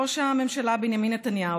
ראש הממשלה בנימין נתניהו,